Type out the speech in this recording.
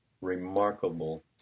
remarkable